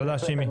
תודה שימי.